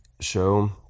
show